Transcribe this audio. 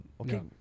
okay